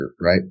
Right